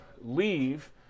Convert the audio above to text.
leave